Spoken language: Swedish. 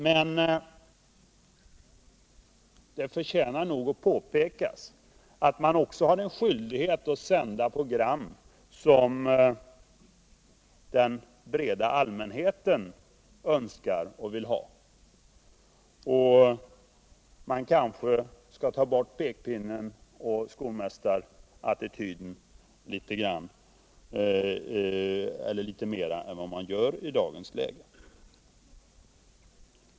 Men det förtjänar påpekas att Sveriges Radio/TV också har skyldighet att sända program som den breda allmänheten önskar och vill ha. Man kanske skall ta bort pekpinnar och skolmästarattityder litet mer än vad man gör i dagens läge.